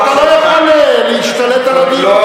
אבל אתה לא יכול להשתלט על הדיון.